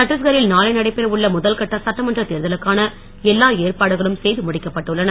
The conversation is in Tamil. சட்டீஸ்கரில் நாளை நடைபெற உள்ள முதல்கட்ட சட்டமன்ற தேர்தலுக்கான எல்லா ஏற்பாடுகளும் செய்து முடிக்கப்பட்டு உள்ளன